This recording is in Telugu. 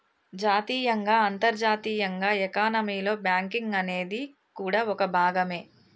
జాతీయంగా అంతర్జాతీయంగా ఎకానమీలో బ్యాంకింగ్ అనేది కూడా ఓ భాగమే